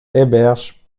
héberge